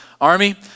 army